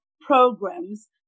programs